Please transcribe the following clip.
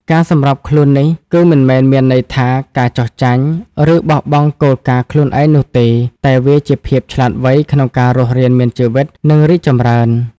ការសម្របខ្លួននេះ គឺមិនមែនមានន័យថាការចុះចាញ់ ឬបោះបង់គោលការណ៍ខ្លួនឯងនោះទេ តែវាជាភាពឆ្លាតវៃក្នុងការរស់រានមានជីវិត និងរីកចម្រើន។